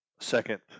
Second